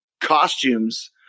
costumes